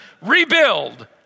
rebuild